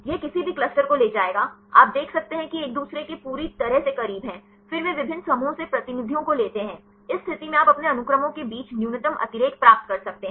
यह किसी भी क्लस्टर को ले जाएगा आप देख सकते हैं कि एक दूसरे के पूरी तरह से करीब है फिर वे विभिन्न समूहों से प्रतिनिधियों को लेते हैं इस स्थिति में आप अपने अनुक्रमों के बीच न्यूनतम अतिरेक प्राप्त कर सकते हैं